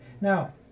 Now